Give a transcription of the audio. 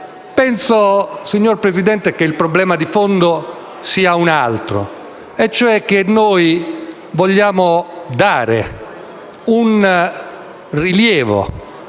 però, signor Presidente, che il problema di fondo sia un altro e cioè che si voglia trovare una soluzione